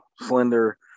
slender